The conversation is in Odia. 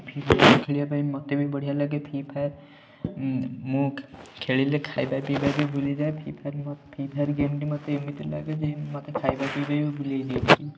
ଫିଫାୟାର୍ ଖେଳିବା ପାଇଁ ମୋତେ ବି ବଢ଼ିଆ ଲାଗେ ଫିଫାୟାର୍ ମୁଁ ଖେଳିଲେ ଖାଇବା ପିଇବା ବି ଭୁଲିଯାଏ ଫିଫାୟାର୍ ମୋ ଫିଫାୟାର୍ ଗେମ୍ ଟି ମୋତେ ଏମିତି ଲାଗେ ଯେ ମୋତେ ଖାଇବା ପିଇବା ବି ଭୁଲେଇ ଦିଏ